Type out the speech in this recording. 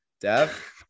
Dev